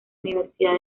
universidad